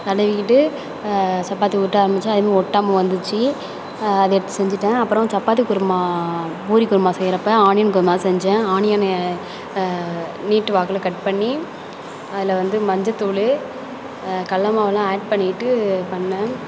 தடவிக்கிட்டு சப்பாத்தி உருட்ட ஆரம்பித்தேன் அதுமாதிரி ஒட்டாமல் வந்திச்சு அதை எடுத்து செஞ்சுட்டேன் அப்புறம் சப்பாத்தி குருமா பூரி குருமா செய்கிறப்ப ஆனியன் குருமா செஞ்சேன் ஆனியன்னு நீட்டு வாக்கில் கட் பண்ணி அதில் வந்து மஞ்சத்தூள் கடல மாவெலாம் ஆட் பண்ணிவிட்டு பண்ணிணேன்